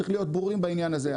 צריך להיות ברורים בעניין הזה.